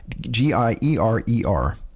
g-i-e-r-e-r